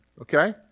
okay